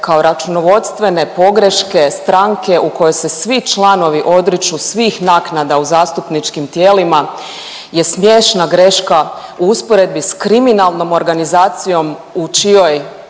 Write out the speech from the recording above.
kao računovodstvene pogreške stranke u kojoj se svi članovi odriču svih naknada u zastupničkim tijelima je smiješna greška u usporedbi s kriminalnom organizacijom u čijoj